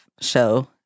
show